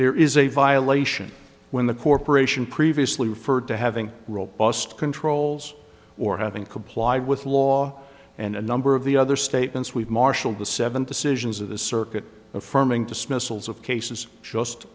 there is a violation when the corporation previously referred to having robust controls or having complied with law and a number of the other statements we've marshaled the seven decisions of the circuit affirming dismissals of cases just